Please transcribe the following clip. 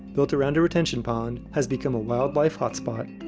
built around a retention pond, has become a wildlife hotspot.